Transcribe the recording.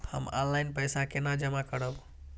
हम ऑनलाइन पैसा केना जमा करब?